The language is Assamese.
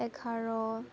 এঘাৰ